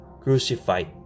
crucified